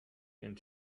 and